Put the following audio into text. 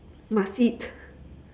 must eat